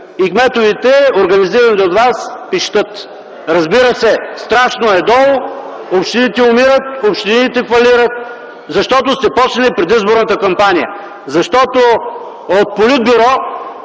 кметовете, организирани от вас, пищят. Разбира се, страшно е долу, общините умират, общините фалират, защото сте почнали предизборната кампания. Защото от вашето